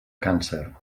càncer